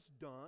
done